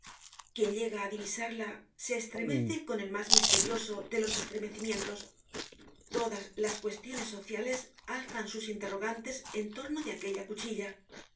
quien llega á divisarla se estremece con el mas misterioso de los estremecimientos todas las cuestiones sociales alzan sus interrogantes en torno de aquella cuchilla